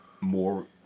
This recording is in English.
More